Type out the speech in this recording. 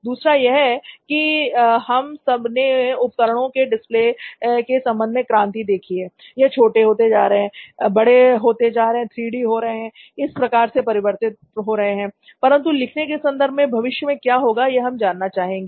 दूसरा यह है कि हम सब ने उपकरणों के डिस्प्ले के संबंध में क्रांति देखी है यह छोटे होते जा रहे हैं बड़े होते जा रहे हैं 3D हो रहे हैं हर प्रकार से परिवर्तित हो रहे हैं परंतु लिखने के संदर्भ में भविष्य में क्या होगा यह हम जानना चाहेंगे